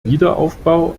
wiederaufbau